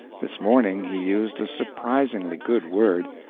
this morning he used a surprisingly good word.